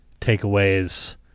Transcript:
takeaways